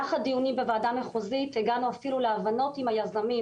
במהלך הדיונים בוועדה המחוזית הגענו אפילו להבנות עם היזמים